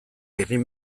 egin